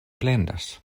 plendas